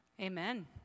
Amen